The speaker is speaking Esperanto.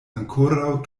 ankoraŭ